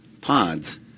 pods